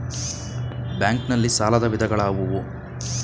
Bank ನಲ್ಲಿ ಸಾಲದ ವಿಧಗಳಾವುವು?